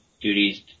duties